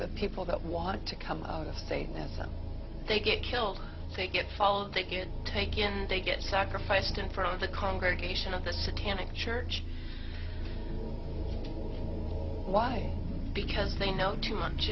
the people that want to come out of state so they get killed take it fall they can take in they get sacrificed in front of the congregation of the satanic church why because they know too much